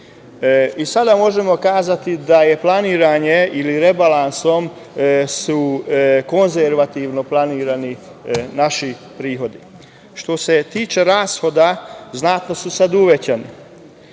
Sada možemo kazati da je planiranje ili rebalansom su konzervativno planirani naši prihodi. Što se tiče rashoda, znatno su sad uvećani.